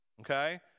Okay